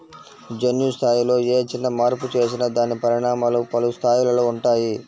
జన్యు స్థాయిలో ఏ చిన్న మార్పు చేసినా దాని పరిణామాలు పలు స్థాయిలలో ఉంటాయి